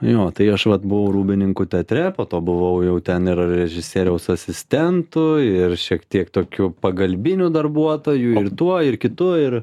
jo tai aš vat buvau rūbininku teatre po to buvau jau ten ir režisieriaus asistentu ir šiek tiek tokiu pagalbiniu darbuotoju ir tuo ir kitu ir